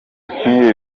nk’ibi